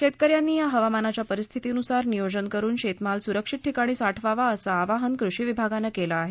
शेतकऱ्यांनी या हवामानाच्या परिस्थितीनुसार नियोजन करून शेतमाल सुरक्षित ठिकाणी साठवावा असं आवाहन कृषी विभागानं केलं आहे